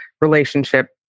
relationship